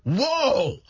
whoa